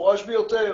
מפורש ביותר.